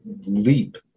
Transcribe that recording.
leap